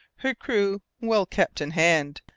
her crew well kept in hand,